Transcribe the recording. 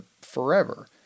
forever